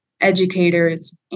educators